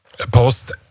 post